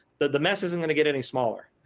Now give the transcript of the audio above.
the mess isn't going to get any smaller.